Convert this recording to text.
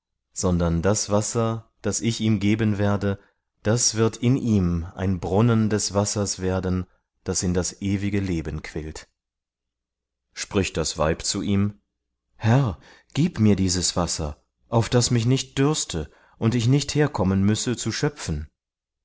sondern das wasser das ich ihm geben werde das wird in ihm ein brunnen des wassers werden das in das ewige leben quillt spricht das weib zu ihm herr gib mir dieses wasser auf daß mich nicht dürste und ich nicht herkommen müsse zu schöpfen